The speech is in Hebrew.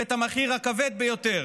ואת המחיר הכבד ביותר,